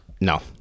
No